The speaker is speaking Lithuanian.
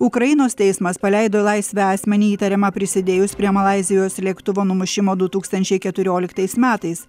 ukrainos teismas paleido į laisvę asmenį įtariamą prisidėjus prie malaizijos lėktuvo numušimo du tūkstančiai keturioliktais metais